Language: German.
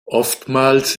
oftmals